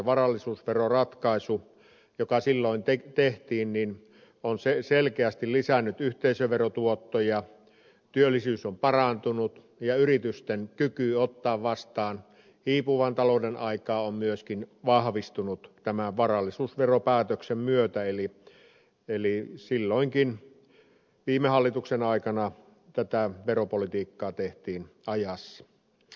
varallisuusveroratkaisu joka silloin tehtiin on selkeästi lisännyt yhteisöverotuottoja työllisyys on parantunut ja yritysten kyky ottaa vastaan hiipuvan talouden aika on myöskin vahvistunut tämän varallisuusveropäätöksen myötä eli silloinkin viime hallituksen aikana tätä veropolitiikkaa tehtiin ajassa